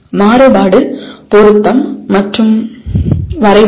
மாறுபாடு பொருத்தம் மற்றும் வரைபடம்